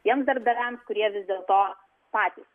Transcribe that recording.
tiems darbdaviams kurie vis dėlto patys